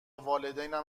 والدینم